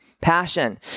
Passion